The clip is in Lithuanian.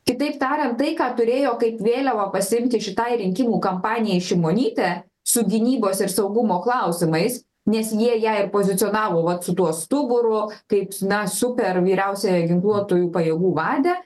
kitaip tarian tai ką turėjo kaip vėliavą pasiimti šitai rinkimų kampanijai šimonytę su gynybos ir saugumo klausimais nes jie ją ir pozicionavo vat su tuo stuburu kaip na super vyriausiojo ginkluotųjų pajėgų vade